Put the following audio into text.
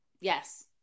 Yes